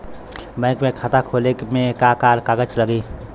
Bank में खाता खोले मे का का कागज लागी?